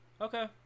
Okay